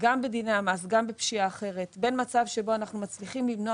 גם בדיני המס וגם בפשיעה אחרת בין מצב שבו אנחנו מצליחים למנוע